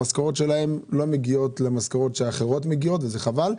המשכורות שלהן לא מגיעות למשכורות שאחרות מגיעות אליהן וזה חבל.